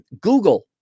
Google